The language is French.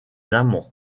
amants